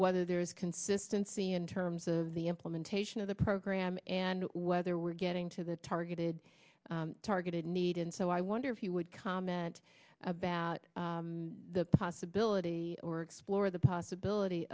whether there is consistency in terms of the implementation of the program and whether we're getting to the targeted targeted need and so i wonder if you would comment about the possibility or explore the possibility